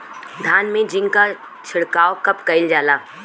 धान में जिंक क छिड़काव कब कइल जाला?